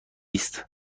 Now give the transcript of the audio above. است